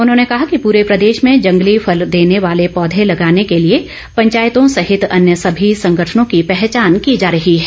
उन्होंने कहा कि पूरे प्रदेश में जंगली फल देने वाले पौधे लगाने के लिए पंचायतों सहित अन्य सभी संगठनों की पहचान की जा रही है